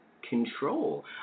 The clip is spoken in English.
control